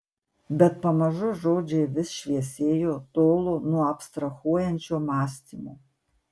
bet pamažu žodžiai vis šviesėjo tolo nuo abstrahuojančio mąstymo